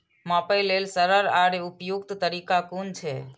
मापे लेल सरल आर उपयुक्त तरीका कुन छै?